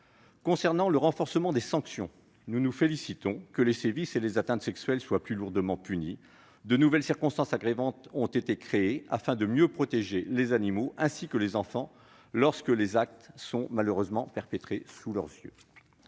Concernant le renforcement des sanctions, nous nous félicitons que les sévices et les atteintes sexuelles soient plus lourdement punis. De nouvelles circonstances aggravantes ont été créées afin de mieux protéger les animaux ainsi que les enfants, lorsque ces actes sont malheureusement perpétrés sous leurs yeux.